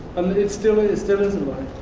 it still it still is a life.